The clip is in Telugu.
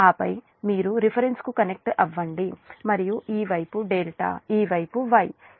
ఆపై మీరు రిఫరెన్స్కు కనెక్ట్ అవ్వండి మరియు ఈ వైపు ∆ ఈ వైపు Y